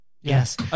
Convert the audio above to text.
Yes